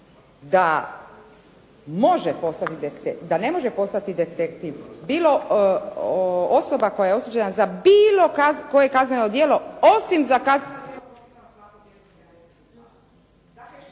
da ne može postati detektiv bilo osoba koja je osuđena za bilo koje kazneno djelo, osim za … /Govornik